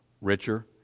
richer